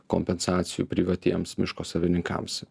kompensacijų privatiems miško savininkams